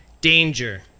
danger